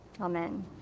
Amen